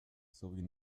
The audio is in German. sowie